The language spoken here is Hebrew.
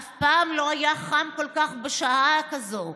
אף פעם לא היה חם כל כך בשעה כזאת.